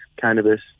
cannabis